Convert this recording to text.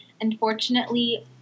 unfortunately